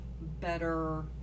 better